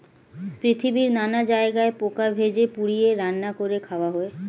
পৃথিবীর নানা জায়গায় পোকা ভেজে, পুড়িয়ে, রান্না করে খাওয়া হয়